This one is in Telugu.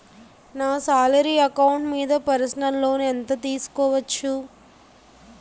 నా సాలరీ అకౌంట్ మీద పర్సనల్ లోన్ ఎంత తీసుకోవచ్చు?